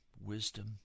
wisdom